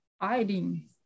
hiding